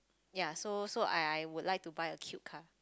ya so so I I would like to buy a cute car